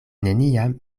neniam